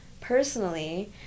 personally